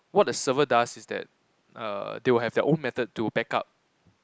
what the server does is that err they will have their own method to back up